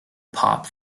pop